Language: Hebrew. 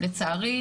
לצערי,